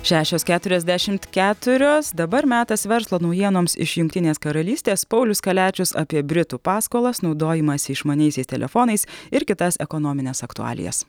šešios keturiasdešimt keturios dabar metas verslo naujienoms iš jungtinės karalystės paulius kaliačius apie britų paskolas naudojimąsi išmaniaisiais telefonais ir kitas ekonomines aktualijas